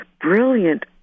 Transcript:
brilliant